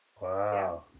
Wow